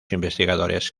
investigadores